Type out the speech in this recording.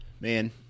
man